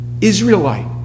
Israelite